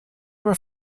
were